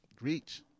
Reach